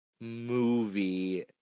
movie